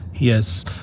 Yes